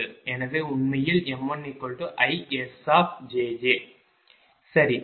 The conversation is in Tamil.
எனவே உண்மையில் m1IS சரி